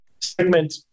segment